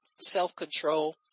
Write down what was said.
self-control